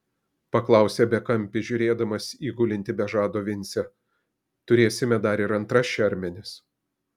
paklausė bekampis žiūrėdamas į gulintį be žado vincę turėsime dar ir antras šermenis